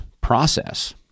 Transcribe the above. process